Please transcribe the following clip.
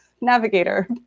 navigator